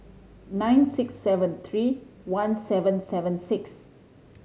nine six seven three one seven seven six